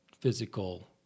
physical